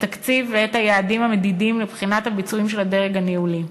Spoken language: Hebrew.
את התקציב ואת היעדים המדידים לבחינת הביצועים של הדרג הניהולי.